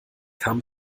kam